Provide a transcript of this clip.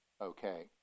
Okay